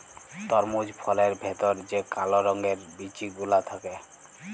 তরমুজ ফলের ভেতর যে কাল রঙের বিচি গুলা থাক্যে